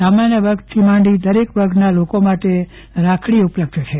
સામાન્ય વર્ગથી માંડી દરેક વર્ગના લોકો માટે રાખડી ઉપલબ્ધ છે